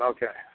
Okay